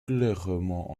clairement